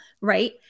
right